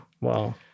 Wow